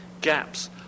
Gaps